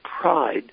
pride